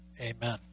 Amen